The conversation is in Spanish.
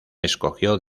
escogió